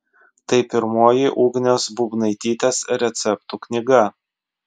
tai pirmoji ugnės būbnaitytės receptų knyga